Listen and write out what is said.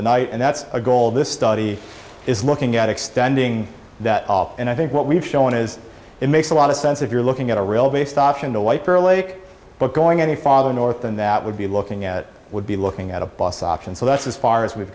the night and that's a goal of this study is looking at extending that and i think what we've shown is it makes a lot of sense if you're looking at a real based option a white bear lake but going any farther north than that would be looking at would be looking at a bus option so that's as far as we've